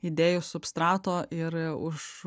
įdėjus substrato ir už